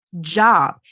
job